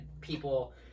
people